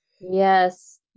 Yes